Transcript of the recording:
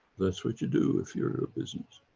that's what you do if you're a business.